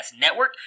Network